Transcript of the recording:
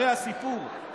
הרי הסיפור הוא,